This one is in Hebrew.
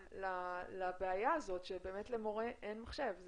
לבעיה הזאת שלמורה אין מחשב.